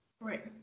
right